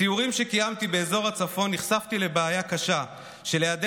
בסיורים שקיימתי באזור הצפון נחשפתי לבעיה קשה של היעדר